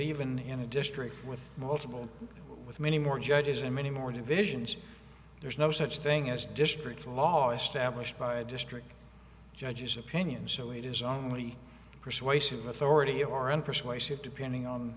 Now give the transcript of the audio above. even in a district with multiple with many more judges and many more divisions there's no such thing as district law established by a district judge's opinion so it is only persuasive authority or an persuasive depending on